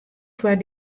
foar